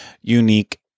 unique